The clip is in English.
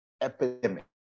epidemic